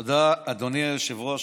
תודה, אדוני היושב-ראש.